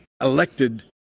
elected